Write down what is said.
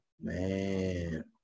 Man